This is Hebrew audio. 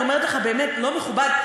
אני אומרת לך באמת, לא מכובד.